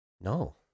No